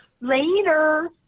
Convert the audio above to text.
Later